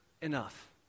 enough